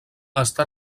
està